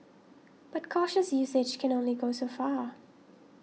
but cautious usage can only go so far